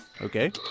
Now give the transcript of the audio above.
Okay